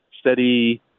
steady